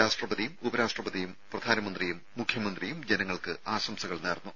രാഷ്ട്രപതിയും ഉപരാഷ്ട്രപതിയും പ്രധാനമന്ത്രിയും മുഖ്യമന്ത്രിയും ജനങ്ങൾക്ക് ആശംസകൾ നേർന്നു